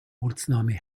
ortsname